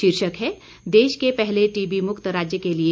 शीर्षक है देश के पहले टीबी मुक्त राज्य के लिए अभियान